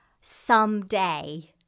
someday